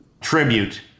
tribute